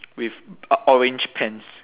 with orange pants